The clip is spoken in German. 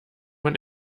man